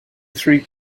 three